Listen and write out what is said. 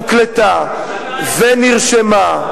הוקלטה ונרשמה.